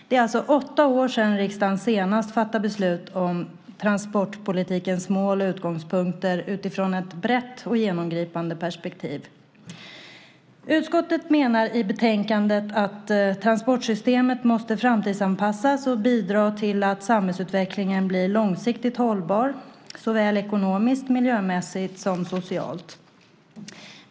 Det är alltså åtta år sedan riksdagen senast fattade beslut om transportpolitikens mål och utgångspunkter utifrån ett brett och genomgripande perspektiv. Utskottet menar i betänkandet att transportsystemet måste framtidsanpassas och bidra till att samhällsutvecklingen blir långsiktigt hållbar såväl ekonomiskt, miljömässigt som socialt.